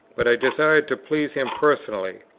but i desired to please him personally,